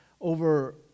over